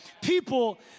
people